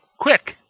quick